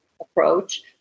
approach